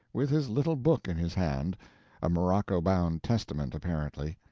with his little book in his hand a morocco-bound testament, apparently.